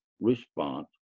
response